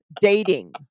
dating